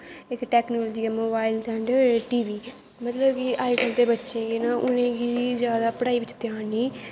इक टैकनिकल जिम्मेबारी दा अन्डर मतलव कि अज कल दे बच्चे न उनेंगी पढ़ाई बिच्च ध्यान नेंई